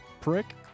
prick